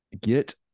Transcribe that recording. get